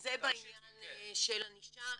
זה בעניין של ענישה,